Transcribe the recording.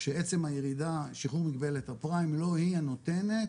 שעצם הירידה שהוא מגבלת הפריים לא היא הנותנת